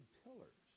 pillars